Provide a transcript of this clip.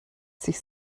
sich